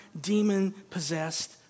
demon-possessed